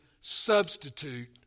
substitute